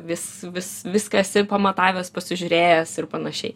vis vis viską esi pamatavęs pasižiūrėjęs ir panašiai